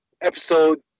episode